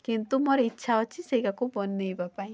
କିନ୍ତୁ ମୋର ଇଚ୍ଛା ଅଛି ସେଇଆକୁ ବନେଇବା ପାଇଁ